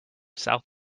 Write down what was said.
south